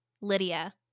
Lydia